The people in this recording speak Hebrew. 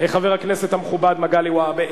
חבר הכנסת המכובד מגלי והבה.